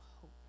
hope